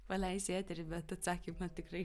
paleisi į eterį bet atsakymą tikrai